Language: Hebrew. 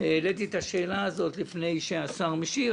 העליתי את השאלה הזאת לפני שהשר משיב.